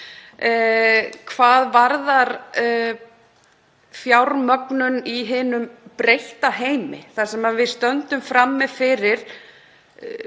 Hvað varðar fjármögnun í hinum breytta heimi þar sem við stöndum frammi fyrir